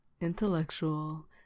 intellectual